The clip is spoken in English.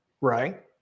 Right